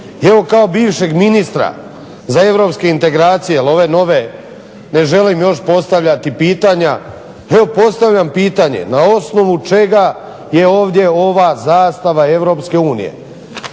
Evo kao bivšeg ministra za europske integracije jer ove nove ne želim još postavljati pitanja, evo postavljam pitanje. Na osnovu čega je ovdje ova zastava EU? Na